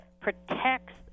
protects